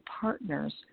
partners